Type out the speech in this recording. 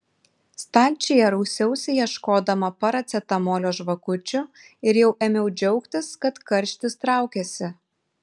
stalčiuje rausiausi ieškodama paracetamolio žvakučių ir jau ėmiau džiaugtis kad karštis traukiasi